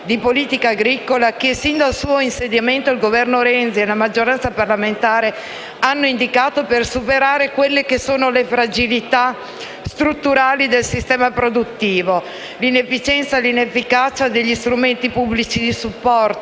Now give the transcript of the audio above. di politica agricola che, sin dal suo insediamento, il Governo Renzi e la maggioranza parlamentare hanno indicato per superare le fragilità strutturali del sistema produttivo: l'inefficienza e l'inefficacia degli strumenti pubblici di supporto,